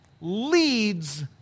leads